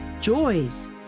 joys